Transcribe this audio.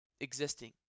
existing